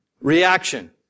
reaction